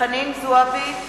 חנין זועבי,